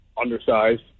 undersized